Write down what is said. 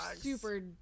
super